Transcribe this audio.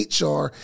HR